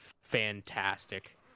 fantastic